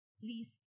please